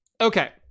okay